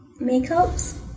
makeups